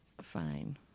Fine